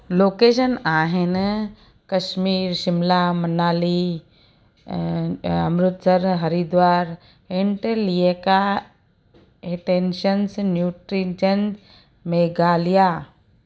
location आहिनि कश्मीर शिमला मनाली ऐं अमृतसर हरिद्वार हिंट लिए का हिटेशंस न्यूट्रीजन मेघालया